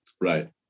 Right